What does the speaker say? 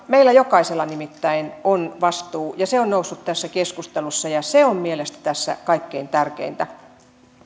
meillä jokaisella nimittäin on vastuu se on noussut tässä keskustelussa ja se on mielestäni tässä kaikkein tärkeintä